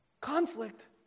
Conflict